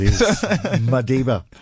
Madiba